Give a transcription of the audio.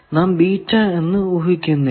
നാം എന്ന് ഊഹിക്കുന്നില്ല